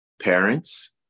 parents